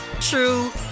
true